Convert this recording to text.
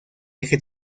eje